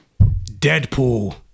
Deadpool